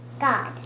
God